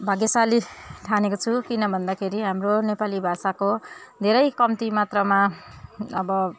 भाग्यशाली ठानेको छु किन भन्दाखेरि हाम्रो नेपाली भाषाको धेरै कम्ती मात्रामा अब